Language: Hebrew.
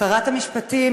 שרת המשפטים,